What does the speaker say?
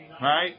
right